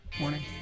morning